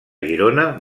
girona